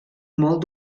molt